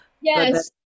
yes